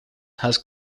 has